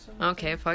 Okay